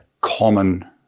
common